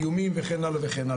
איומים וכן הלאה.